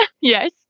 Yes